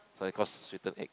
so I call sweeten egg